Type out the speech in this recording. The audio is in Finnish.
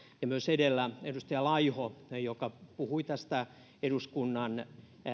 ja myös edellä edustaja laiho joka puhui eduskunnan